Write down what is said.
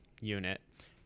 unit